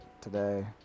today